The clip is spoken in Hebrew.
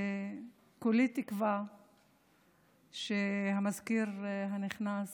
וכולי תקווה שהמזכיר הנכנס